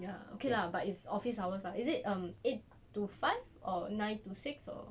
ya but okay lah it's office hour [what] is it um eight to five or nine to six P_M